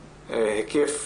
היקף,